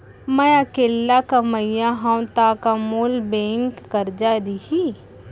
मैं अकेल्ला कमईया हव त का मोल बैंक करजा दिही?